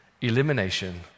Elimination